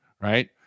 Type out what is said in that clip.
right